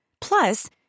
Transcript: Plus